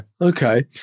Okay